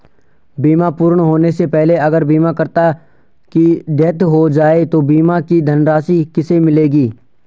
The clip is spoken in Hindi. बीमा पूर्ण होने से पहले अगर बीमा करता की डेथ हो जाए तो बीमा की धनराशि किसे मिलेगी?